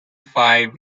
five